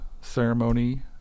ceremony